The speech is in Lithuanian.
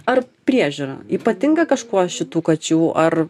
ar priežiūra ypatinga kažkuo šitų kačių ar